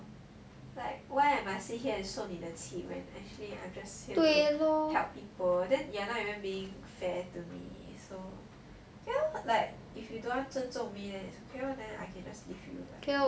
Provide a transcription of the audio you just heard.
like why I must stay here and 受你的气 when actually I'm just here to help people then you're not even being fair to me so okay lor like if you don't want 尊重 me then it's okay lor then I can just leave